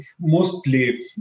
mostly